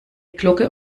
glocke